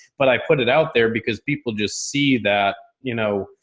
but i put it out there because people just see that, you know?